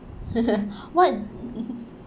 what